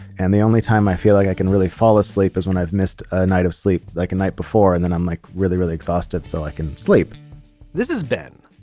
and the only time i feel like i can really fall asleep is when i've missed a night of sleep like a night before. and then i'm like, really, really exhausted so i can sleep this is ben.